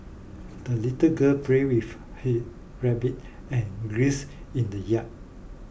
the little girl played with her rabbit and geese in the yard